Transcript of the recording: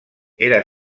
era